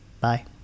bye